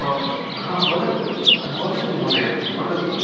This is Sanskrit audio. हा वदन्तु वदतु महोदय वदतु